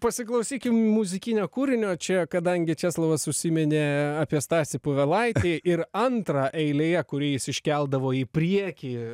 pasiklausykim muzikinio kūrinio čia kadangi česlovas užsiminė apie stasį povelaitį ir antrą eilėje kurį jis iškeldavo į priekį